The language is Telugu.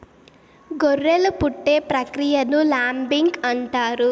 గొర్రెలు పుట్టే ప్రక్రియను ల్యాంబింగ్ అంటారు